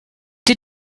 did